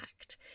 act